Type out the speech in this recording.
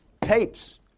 tapes